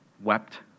wept